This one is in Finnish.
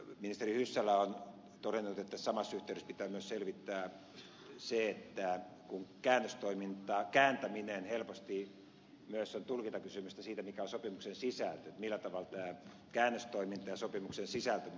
ministeri hyssälä on todennut että samassa yhteydessä pitää myös selvittää se että kun kääntäminen helposti myös on tulkintakysymystä siitä mikä on sopimuksen sisältö että millä tavalla tämä käännöstoiminta ja sopimuksen sisältöneuvottelut vedetään yhteen